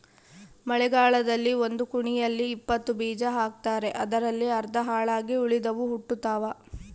ಮಳೆಗಾಲದಲ್ಲಿ ಒಂದು ಕುಣಿಯಲ್ಲಿ ಇಪ್ಪತ್ತು ಬೀಜ ಹಾಕ್ತಾರೆ ಅದರಲ್ಲಿ ಅರ್ಧ ಹಾಳಾಗಿ ಉಳಿದವು ಹುಟ್ಟುತಾವ